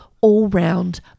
all-round